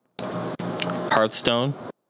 Hearthstone